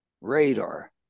radar